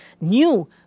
new